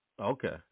Okay